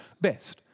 best